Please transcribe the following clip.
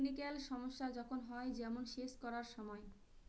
technical সমস্যা যখন হয়, যেমন সেচ করার সময়